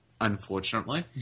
Unfortunately